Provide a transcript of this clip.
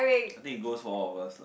I think it goes for all of us lah